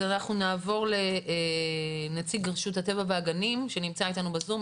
אז אנחנו נעבור לנציג רשות הטבע והגנים שנמצא איתנו בזום,